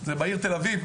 זה בעיר תל אביב.